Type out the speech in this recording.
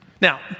Now